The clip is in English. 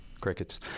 Crickets